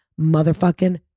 motherfucking